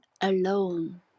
alone